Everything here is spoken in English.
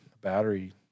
battery